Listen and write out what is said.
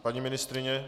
Paní ministryně?